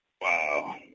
Wow